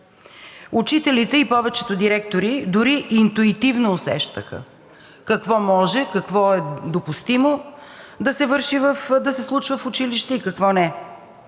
Учителите и повечето директори дори интуитивно усещаха какво може, какво е допустимо да се случва в училище и какво не.